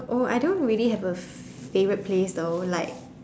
oh I don't really have a favourite place though like